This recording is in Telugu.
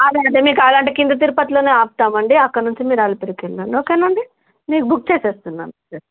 అదే అదే మీకు అలాంటి కింది తిరుపతిలోనే ఆపుతామండి అక్కడ నుంచి మీరు అలిపిరికి వెళ్లండి ఓకేనండి మీకు బుక్ చేసేస్తున్నాను